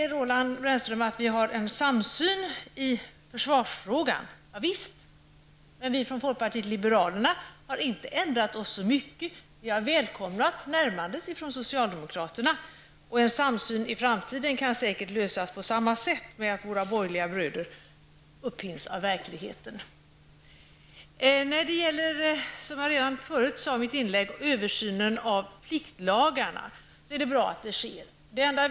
Roland Brännström säger att vi har en samsyn i försvarsfrågan. Ja, visst. Men vi från folkpartiet liberalerna har inte ändrat oss så mycket. Vi har välkomnat närmandet från socialdemokraterna. En samsyn i framtiden kan säkert lösas på samma sätt med att våra borgerliga bröder hinns upp av verkligheten. Det är bra att det sker en översyn av pliktlagarna.